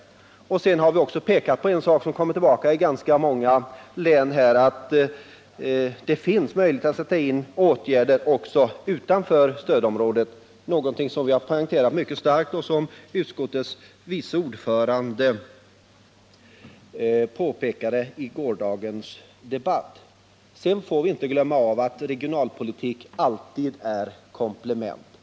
Vi har dessutom pekat på en sak som kommit tillbaka i ganska många län, nämligen att det finns möjligheter att sätta in åtgärder också utanför stödområdet. Det är poängterat mycket starkt och som utskottets vice ordförande påpekade i gårdagens debatt. Sedan får vi inte glömma bort att regionalpolitiken alltid är ett komplement.